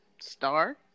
star